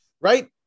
Right